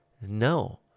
No